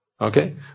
Okay